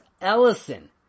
Ellison